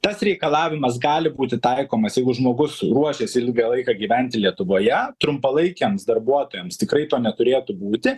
tas reikalavimas gali būti taikomas jeigu žmogus ruošiasi ilgą laiką gyventi lietuvoje trumpalaikiams darbuotojams tikrai to neturėtų būti